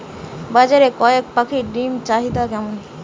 বাজারে কয়ের পাখীর ডিমের চাহিদা কেমন?